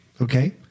okay